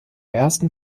ersten